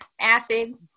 acid